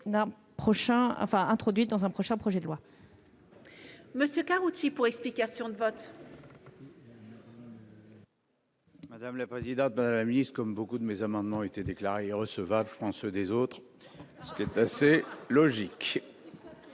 introduites dans un prochain projet de loi.